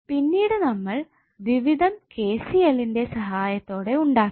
പിന്നീട് നമ്മൾ ദ്വിവിധം KCL ന്റെ സഹായത്തോടെ ഉണ്ടാക്കി